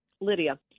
Lydia